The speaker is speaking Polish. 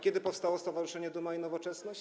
Kiedy powstało stowarzyszenie Duma i Nowoczesność?